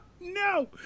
No